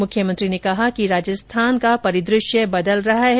मुख्यमंत्री ने कहा कि राजस्थान का परिदृश्य बदल रहा है